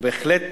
הוא בהחלט